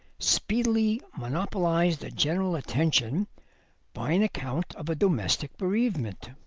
speedily monopolised the general attention by an account of a domestic bereavement.